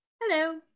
Hello